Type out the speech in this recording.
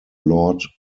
lord